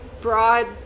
broad